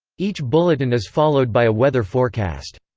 each bulletin is followed by a weather forecast.